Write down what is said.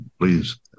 please